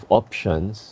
options